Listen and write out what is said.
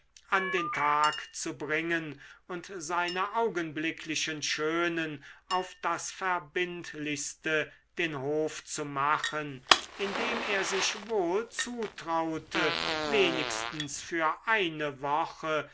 an den tag zu bringen und seiner augenblicklichen schönen auf das verbindlichste den hof zu machen indem er sich wohl zutraute wenigstens für eine woche